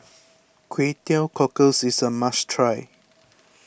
Kway Teow Cockles is a must try